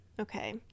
okay